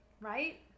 Right